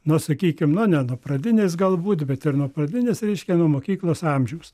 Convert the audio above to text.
na sakykim na ne nuo pradinės galbūt bet ir nuo pradinės reiškia nuo mokyklos amžiaus